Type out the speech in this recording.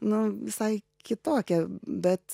nu visai kitokia bet